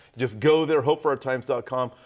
just go there hopeforourtimes ah com.